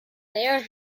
mayor